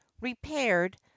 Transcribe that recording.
repaired